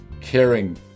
caring